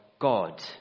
God